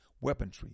weaponry